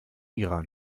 iran